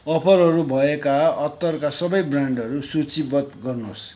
अफरहरू भएका अत्तरका सबै ब्रान्डहरू सूचीबद्ध गर्नुहोस्